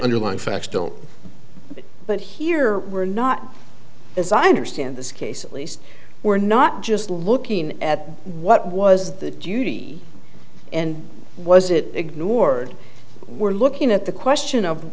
underlying facts don't but here we're not as i understand this case at least we're not just looking at what was the duty and was it ignored we're looking at the question of